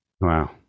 Wow